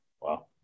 Wow